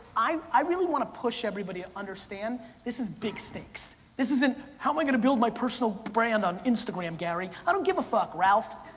i i really wanna push everybody to understand this is big stakes. this isn't, how am i gonna build my personal brand on instagram, gary? i don't give a fuck, ralph.